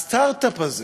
הסטרט-אפ הזה,